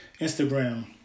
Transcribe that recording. Instagram